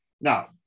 Now